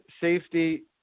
Safety